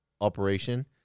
operation